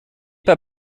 pas